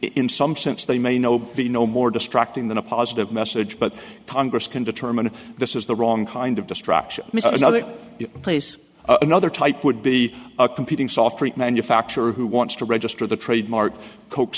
in some sense they may no be no more distracting than a positive message but congress can determine if this is the wrong kind of destruction another place another type would be a competing software manufacturer who wants to register the trade mart coke